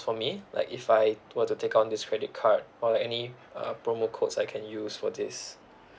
for me like if I were to take on this credit card or like any uh promo codes I can use for this